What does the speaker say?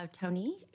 Tony